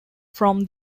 from